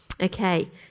okay